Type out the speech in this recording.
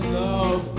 love